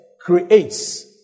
creates